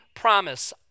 promise